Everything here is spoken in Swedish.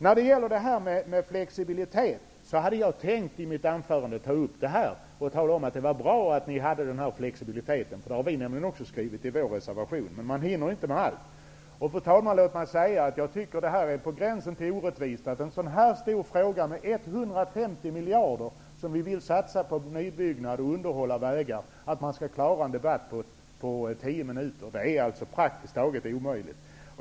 Jag hade tänkt att i mitt anförande tala om att det är bra att ni visar flexibilitet. Det har vi socialdemokrater nämligen också skrivit i vår reservation. Men man hinner inte med allt. Låt mig säga, fru talman, att jag tycker att det är på gränsen till orättvist att inläggen i debatten om en så stor fråga -- 150 miljarder skall satsas på nybyggnad och underhåll av vägar -- skall klaras på 10 minuter. Det är praktiskt taget omöjligt.